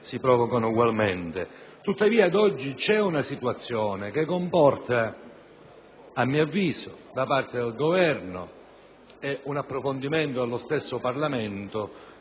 si verificano ugualmente. Tuttavia ad oggi c'è una situazione che comporta, a mio avviso, da parte del Governo e dello stesso Parlamento